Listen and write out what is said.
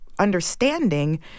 understanding